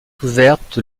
ouverte